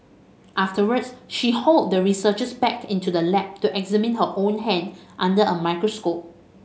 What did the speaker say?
afterwards she hauled the researchers back into the lab to examine her own hand under a microscope